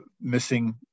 missing